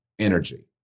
Energy